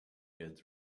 goods